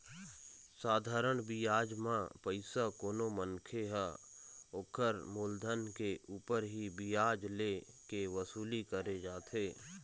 साधारन बियाज म पइसा कोनो मनखे ह ओखर मुलधन के ऊपर ही बियाज ले के वसूली करे जाथे